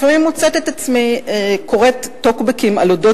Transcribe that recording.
לפעמים מוצאת את עצמי קוראת טוקבקים על אודות